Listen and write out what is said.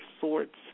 sorts